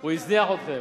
הוא הזניח אתכם.